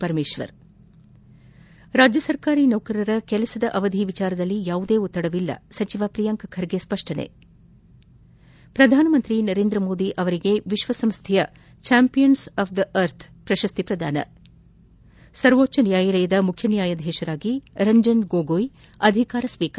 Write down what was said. ಪರಮೇಶ್ವರ್ ರಾಜ್ಯ ಸರ್ಕಾರಿ ನೌಕರರ ಕೆಲಸದ ಅವಧಿ ವಿಷಯದಲ್ಲಿ ಯಾವುದೇ ಒತ್ತಡವಿಲ್ಲಾ ಸಚಿವ ಪ್ರಿಯಾಂಕ್ ಖರ್ಗೆ ಸ್ಪಷ್ಟನೆ ಪ್ರಧಾನ ಮಂತ್ರಿ ನರೇಂದ್ರ ಮೋದಿ ಅವರಿಗೆ ವಿಶ್ವಸಂಸ್ವೆಯ ಚಾಂಫಿಯನ್ಸ್ ಆಫ್ ದಿ ಅರ್ಥ್ ಪ್ರಶಸ್ತಿ ಪ್ರದಾನ ಸರ್ವೋಚ್ಟ ನ್ನಾಯಾಲಯದ ಮುಖ್ಯ ನ್ನಾಯಾಧೀಶರಾಗಿ ರಂಜನ್ ಗೊಗೋಯ್ ಅಧಿಕಾರ ಸ್ವೀಕಾರ